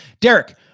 Derek